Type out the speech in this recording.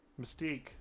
Mystique